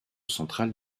centrale